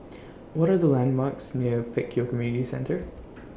What Are The landmarks near Pek Kio Community Centre